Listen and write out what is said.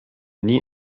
nie